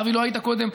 אבי, לא היית קודם.